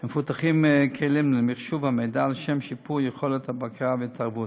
ומפותחים כלים למחשוב המידע לשם שיפור יכולת הבקרה וההתערבות.